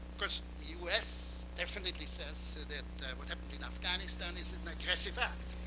course, the us definitely says that what happened in afghanistan is an aggressive act,